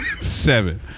Seven